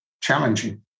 challenging